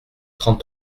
trente